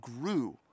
grew